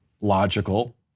logical